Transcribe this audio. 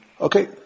Okay